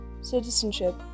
Citizenship